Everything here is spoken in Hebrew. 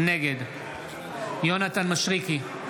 נגד יונתן מישרקי,